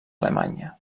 alemanya